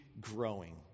growing